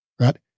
right